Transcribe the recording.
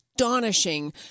Astonishing